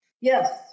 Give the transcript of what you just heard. Yes